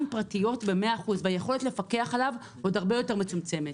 פרטיות ב-100% והיכולת לפקח עליו עוד הרבה יותר מצומצמת.